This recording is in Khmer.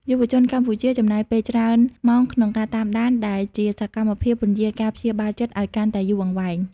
យុវជនកម្ពុជាចំណាយពេលច្រើនម៉ោងក្នុងការ "តាមដាន" ដែលជាសកម្មភាពពន្យារការព្យាបាលចិត្តឱ្យកាន់តែយូរអង្វែង។